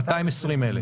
220,000 ביום.